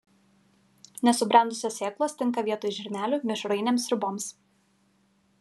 nesubrendusios sėklos tinka vietoj žirnelių mišrainėms sriuboms